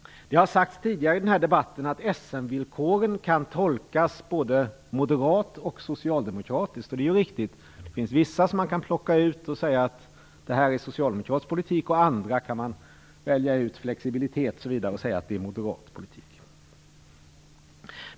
Det har sagts tidigare i debatten att Essenvillkoren kan tolkas både moderat och socialdemokratiskt. Det är riktigt. Man kan plocka ut vissa villkor och säga att det är socialdemokratisk politik. Man kan välja andra, flexibilitet t.ex., och säga att det är moderat politik.